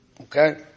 Okay